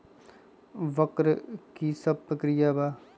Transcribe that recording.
वक्र कि शव प्रकिया वा?